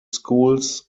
schools